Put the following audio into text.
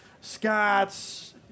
Scots